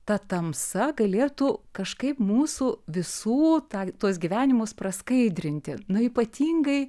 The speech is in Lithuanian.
ta tamsa galėtų kažkaip mūsų visų tą tuos gyvenimus praskaidrinti nu ypatingai